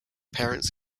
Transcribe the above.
parents